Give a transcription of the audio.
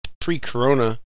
Pre-corona